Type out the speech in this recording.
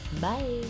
Bye